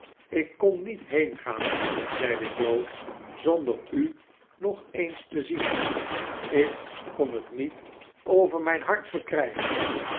ik kon niet heengaan zeide joe zonder u nog eens te zien ik kon het niet over mijn hart verkrijgen